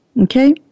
Okay